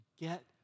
Get